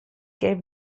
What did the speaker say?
gave